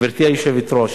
גברתי היושבת-ראש,